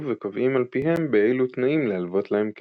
וקובעים על פיהם באילו תנאים להלוות להם כסף.